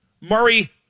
Murray